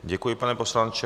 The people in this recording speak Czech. Děkuji, pane poslanče.